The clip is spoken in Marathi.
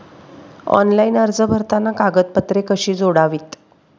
ऑनलाइन अर्ज भरताना कागदपत्रे कशी जोडावीत?